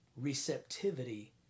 receptivity